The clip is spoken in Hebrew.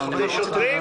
זה שוטרים?